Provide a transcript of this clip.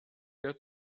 der